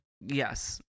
Yes